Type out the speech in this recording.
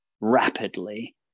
rapidly